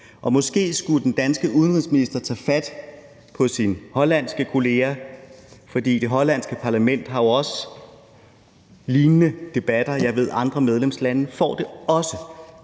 Måske skulle den danske udenrigsminister tage fat i sin hollandske kollega. For det hollandske parlament har jo lignende debatter. Jeg ved, at andre medlemslande også